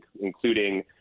including